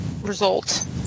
result